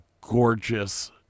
gorgeous